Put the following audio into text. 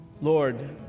Lord